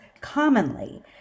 commonly